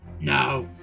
Now